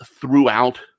throughout